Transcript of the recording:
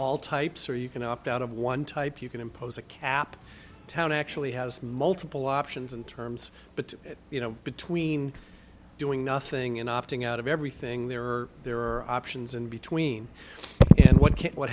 all types or you can opt out of one type you can impose a cap town actually has multiple options and terms but you know between doing nothing and opting out of everything there are there are options in between and what